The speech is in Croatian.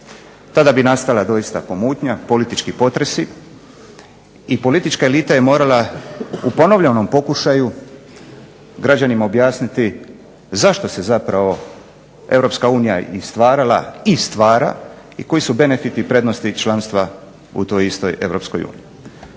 tada bi nastala doista pomutnja, politički potresi i politička elita je morala u ponovljenom pokušaju građanima objasniti zašto se zapravo EU stvarala i stvara i koji su benefiti prednosti članstva u toj istoj EU.